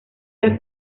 las